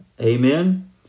Amen